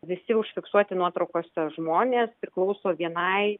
visi užfiksuoti nuotraukose žmonės priklauso vienai